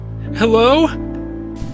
Hello